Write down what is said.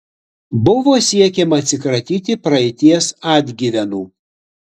buvo siekiama atsikratyti praeities atgyvenų